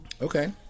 okay